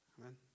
Amen